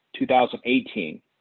2018